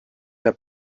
der